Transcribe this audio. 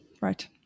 right